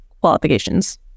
qualifications